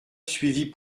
suivie